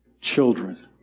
children